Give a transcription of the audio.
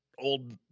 old